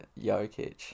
Jokic